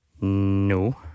No